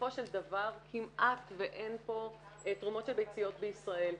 בסופו של דבר כמעט ואין תרומות של ביציות בישראל.